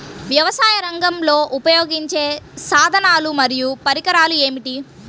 వ్యవసాయరంగంలో ఉపయోగించే సాధనాలు మరియు పరికరాలు ఏమిటీ?